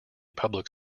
public